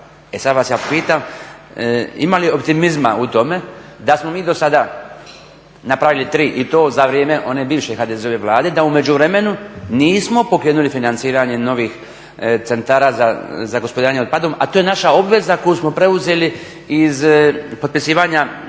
E sada vas ja pitam ima li optimizma u tome da smo mi do sada napravili tri i to za vrijeme one bivše HDZ-ove Vlade da u međuvremenu nismo pokrenuli financiranje novih centara za gospodarenje otpadom a to je naša obveza koju smo preuzeli iz potpisivanja